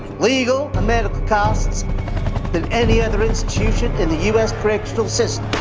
legal and medical costs than any other institution in the u s. practical system